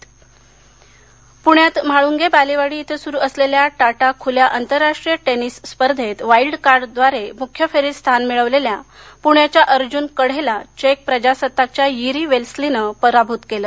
tennis पुण्यात म्हाळूंगे बालेवाडी इथं सुरु असलेल्या टाटा खुल्या आंतरराष्ट्रीय टेनिस स्पर्धेत वाईल्ड कार्डद्वारे मुख्य फेरीत स्थान मिळवलेल्या पृण्याच्या अर्जून कढेला चेक प्रजासत्ताकाच्या यिरी वेस्लीनं पराभूत केलं